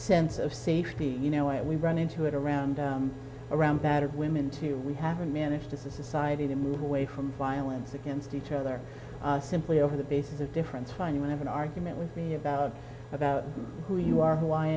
sense of safety you know it we run into it around around battered women too we haven't managed to society to move away from violence against each other simply over the base is a difference fine you have an argument with me about about who you are who i